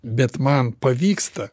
bet man pavyksta